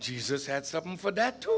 jesus had something for that too